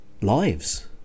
lives